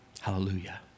Hallelujah